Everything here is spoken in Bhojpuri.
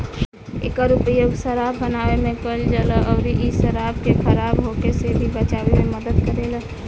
एकर उपयोग शराब बनावे में कईल जाला अउरी इ शराब के खराब होखे से भी बचावे में मदद करेला